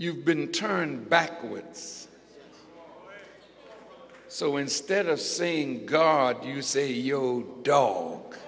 you've been turned backwards so instead of saying guard you say yo do